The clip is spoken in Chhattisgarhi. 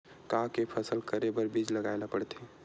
का के फसल करे बर बीज लगाए ला पड़थे?